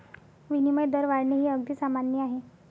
विनिमय दर वाढणे हे अगदी सामान्य आहे